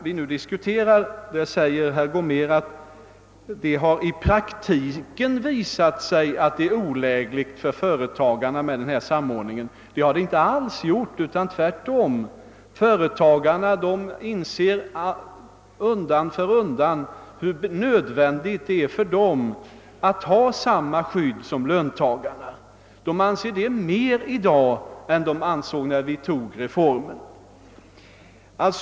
Vidare sade herr Gomér att det i praktiken visat sig att det är olägligt för företagarna med den samordning som förekommer. Men det har det inte alls, herr Gomér, utan företagarna inser tvärtom hur nödvändigt det är för dem att ha samma skydd som löntagarna. De har denna mening i större utsträckning nu än när reformen genomfördes.